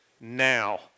now